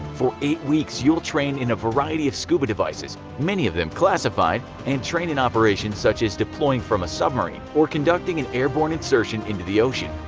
for eight weeks you'll train in a variety of scuba devices many of them classified and train in operations such as deploying from a submarine, or conducting an airborne insertion into the ocean.